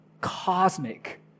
cosmic